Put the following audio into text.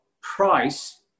price